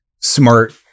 smart